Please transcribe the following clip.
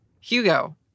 Hugo